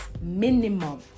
minimum